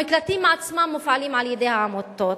המקלטים עצמם מופעלים על-ידי עמותות.